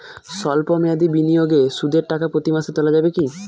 সল্প মেয়াদি বিনিয়োগে সুদের টাকা প্রতি মাসে তোলা যাবে কি?